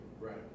Right